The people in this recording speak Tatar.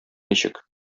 ничек